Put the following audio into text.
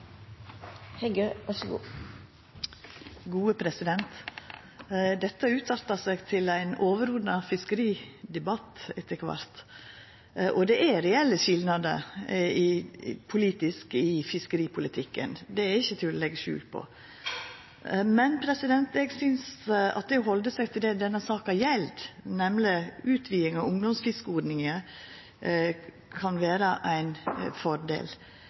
Dette utarta etter kvart til ein overordna fiskeridebatt, og det er reelle skilnader i fiskeripolitikken, det er ikkje til å leggja skjul på. Men eg synest at det å halda seg til det denne saka gjeld, nemleg utviding av ungdomsfiskeordninga, kan vera ein fordel.